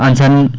and ten